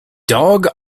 dog